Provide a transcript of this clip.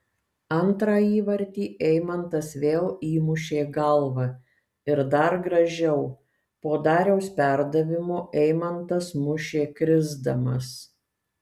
antrą įvartį eimantas vėl įmušė galva ir dar gražiau po dariaus perdavimo eimantas mušė krisdamas